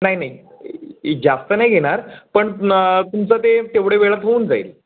नाही नाही इ जास्त नाही घेणार पण तुमचं ते तेवढ्या वेळात होऊन जाईल